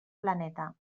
planeta